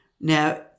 Now